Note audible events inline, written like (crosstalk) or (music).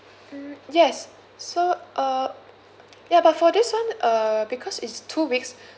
mm yes so uh ya but for this one uh because it's two weeks (breath)